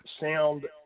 sound